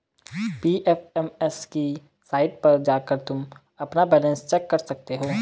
PFMS की site पर जाकर तुम अपना बैलन्स चेक कर सकते हो